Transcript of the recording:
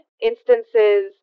instances